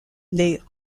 les